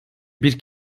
bir